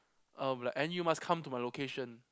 uh like and you must come to my location